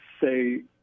say